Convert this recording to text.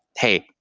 hey,